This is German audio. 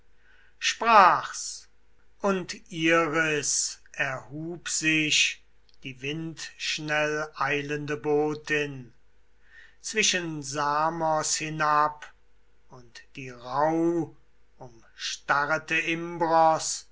sprach's und iris erhub sich die windschnell eilende botin zwischen samos hinab und die rauhumstarrete imbros